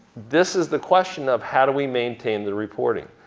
this is the question of how do we maintain the reporting.